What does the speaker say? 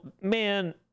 man